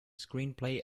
screenplay